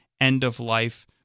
end-of-life